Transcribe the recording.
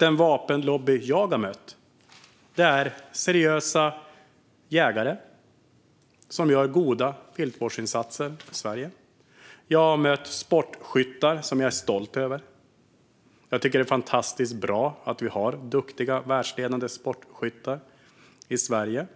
Den "vapenlobby" jag har mött är seriösa jägare som gör goda viltvårdsinsatser för Sverige. Jag har mött sportskyttar som jag är stolt över. Det är fantastiskt bra att vi har duktiga, världsledande sportskyttar i Sverige.